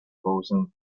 frozen